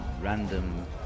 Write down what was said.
random